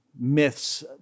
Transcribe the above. myths